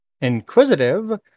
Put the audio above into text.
inquisitive